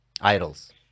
idols